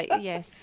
yes